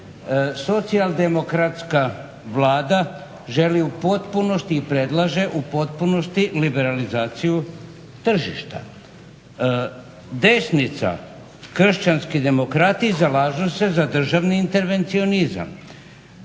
Socijaldemokratska Vlada želi u potpunosti i predlaže u potpunosti liberalizaciju tržišta. Desnica, kršćanski demokrati zalažu se za državni intervencionizam.